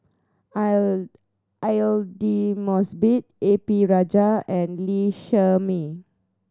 Aidli Mosbit A P Rajah and Lee Shermay